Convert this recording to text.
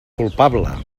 culpable